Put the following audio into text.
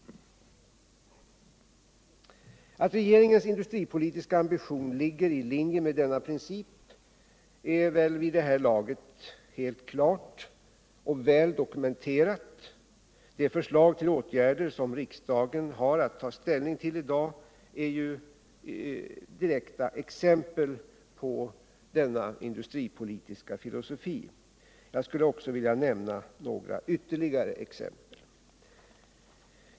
Att regeringens industripolitiska ambition ligger i linje med denna princip torde vid det här laget vara väl dokumenterat. De förslag till åtgärder som riksdagen har att ta ställning till i dag utgör direkta exempel på denna industripolitiska filosofi. Låt mig nämna ytterligare några exempel.